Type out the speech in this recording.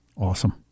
Awesome